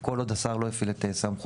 כל עוד השר לא הפעיל את סמכותו.